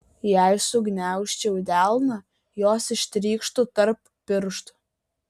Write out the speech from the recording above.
jei sugniaužčiau delną jos ištrykštų tarp pirštų